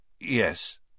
Yes